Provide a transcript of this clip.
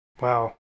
Wow